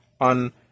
on